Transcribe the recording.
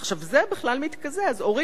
עכשיו, זה בכלל מתקזז, העלו